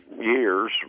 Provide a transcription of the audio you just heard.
years